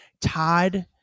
todd